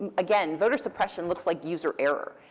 again, voter suppression looks like user error.